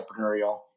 entrepreneurial